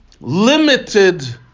limited